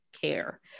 care